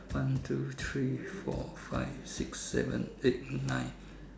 one two three four five six seven eight nine